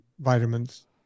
vitamins